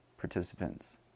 participants